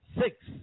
six